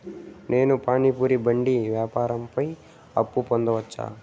నేను పానీ పూరి బండి వ్యాపారం పైన అప్పు పొందవచ్చా?